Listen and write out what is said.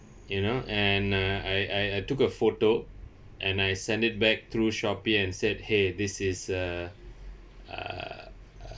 you know and uh I I I took a photo and I send it back through Shopee and said !hey! this is uh uh uh